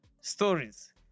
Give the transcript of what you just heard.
stories